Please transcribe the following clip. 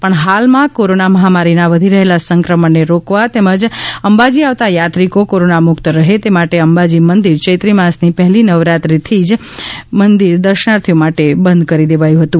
પણ હાલ માં કોરોનાં મહામારી નાં વધી રહેલાં સંક્રમણ ને રોકવા તેમજ અંબાજી આવતાં થાત્રીકો કોરોના મુક્ત રહે તે માટે અંબાજી મંદિર ચૈત્રી માસ ની પહેલી નવરાત્રી થી જ અંબાજી મંદિર દર્શનાર્થીઓ માટે બંધ કરી દેવાયું હતુ